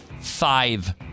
five